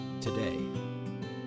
today